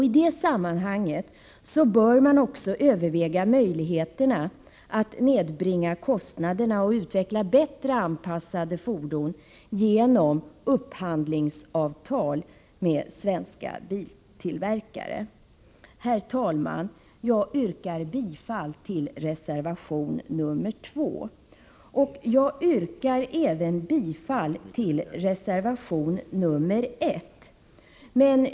I det sammanhanget bör man också överväga möjligheterna att nedbringa kostnaderna och utveckla bättre anpassade fordon genom upphandlingsavtal med svenska biltillverkare. Herr talman! Jag yrkar bifall till reservation nr 2. Jag yrkar även bifall till reservation nr 1.